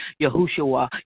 Yahushua